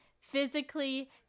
physically